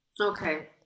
Okay